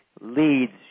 leads